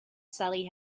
sally